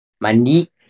mandi